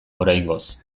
oraingoz